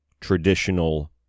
traditional